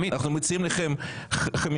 אנחנו מציעים לכם 50,